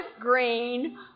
green